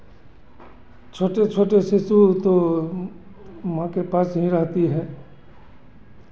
छोटे छोटे से तो माँ के पास ही रहती है